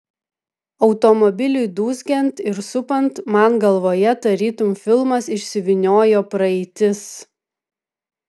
automobiliui dūzgiant ir supant man galvoje tarytum filmas išsivyniojo praeitis